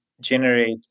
generate